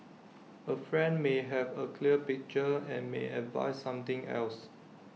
A friend may have A clear picture and may advise something else